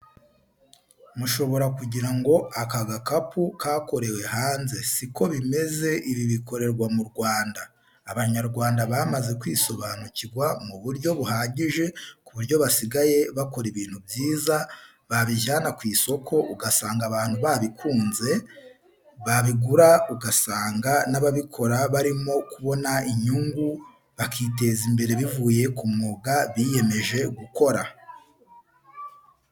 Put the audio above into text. Mushobora kugira ngo aka gakapu kakorewe hanze siko bimeze ibi bikorerwa mu Rwanda. Abanyarwanda bamaze kwisobanukirwa mu buryo buhagije ku buryo basigaye bakora ibintu byiza babijyana ku isoko ugasanga abantu babikunze, babigura ugasanga n'ababikora barimo kubona inyungu bakiteza imbere bivuye ku mwuga biyemeje gukora.